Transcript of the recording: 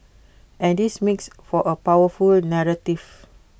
and this makes for A powerful narrative